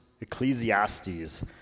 Ecclesiastes